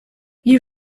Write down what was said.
you